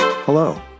Hello